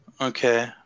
Okay